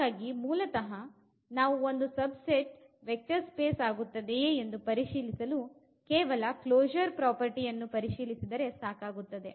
ಹಾಗಾಗಿ ಮೂಲತಃ ನಾವು ಒಂದು ಸಬ್ ಸೆಟ್ ವೆಕ್ಟರ್ ಸ್ಪೇಸ್ ಆಗುತ್ತದೆಯೇ ಎಂದು ಪರಿಶೀಲಿಸಲು ಕೇವಲ ಕ್ಲೊ ಶೂರ್ ಪ್ರಾಪರ್ಟಿ ಅನ್ನು ಪರಿಶೀಲಿಸಿದರೆ ಸಾಕಾಗುತ್ತದೆ